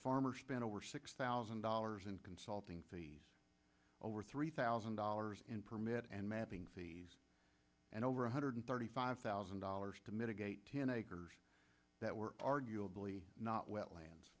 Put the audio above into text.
farmer spent over six thousand dollars in consulting fees over three thousand dollars in permit and mapping fees and over one hundred thirty five thousand dollars to mitigate ten acres that were arguably not wetlands